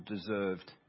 deserved